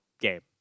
game